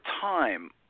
time